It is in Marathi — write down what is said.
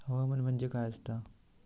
हवामान म्हणजे काय असता?